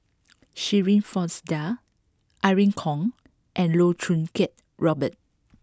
Shirin Fozdar Irene Khong and Loh Choo Kiat Robert